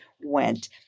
went